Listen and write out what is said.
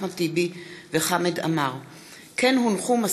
אחמד טיבי וחמד עמאר בנושא: הרפואה בצפון קורסת,